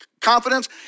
confidence